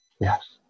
Yes